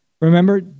Remember